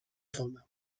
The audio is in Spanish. zona